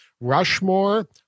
Rushmore